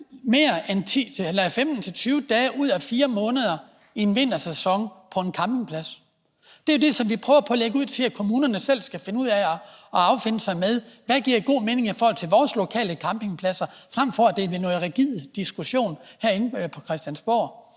mere end 15-20 dage ud af 4 måneder i en vintersæson på en campingplads. Det, vi foreslår, er, at kommunerne selv skal finde ud af at afklare, hvad der giver god mening i forhold til deres lokale campingpladser, frem for at der skal foregå en rigid diskussion om det herinde på Christiansborg.